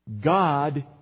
God